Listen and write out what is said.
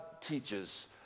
teaches